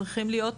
צריכים להיות,